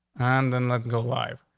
and then let's go live.